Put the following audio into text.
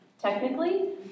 technically